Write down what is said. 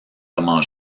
comment